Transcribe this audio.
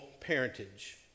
parentage